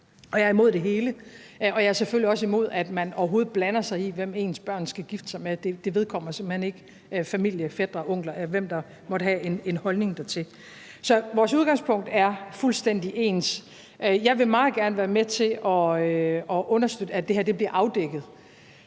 Jeg er imod det hele, og jeg er selvfølgelig også imod, at man overhovedet blander sig i, hvem ens børn skal gifte sig med. Det vedkommer simpelt hen ikke familien, fætre, onkler, eller hvem der måtte have en holdning dertil. Så vores udgangspunkt er fuldstændig ens. Jeg vil meget gerne være med til at understøtte, at det her bliver afdækket,